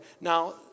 Now